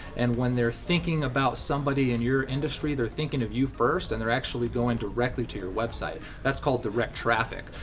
and when they're thinking about somebody in your industry, industry, they're thinking of you first, and their actually going directly to your website. that's called direct traffic.